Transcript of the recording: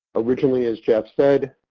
originally, as jeff said,